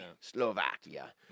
Slovakia